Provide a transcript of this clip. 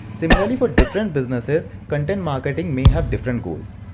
similarly for different businesses, content marketing may have different goals.